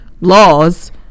laws